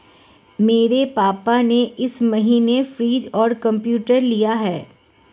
मेरे पापा ने इस महीने फ्रीज और कंप्यूटर लिया है